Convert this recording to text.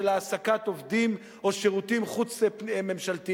העסקת עובדים או שירותים חוץ-ממשלתיים.